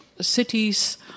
cities